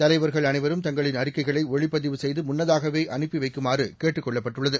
தலைவர்கள் அனைவரும் தங்களின் அறிக்கைகளைஒளிப்பதிவு செய்துமுன்னதாகவேஅனுப்பிவைக்குமாறகேட்டுக் கொள்ளப்பட்டுள்ளது